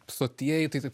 sotieji tai taip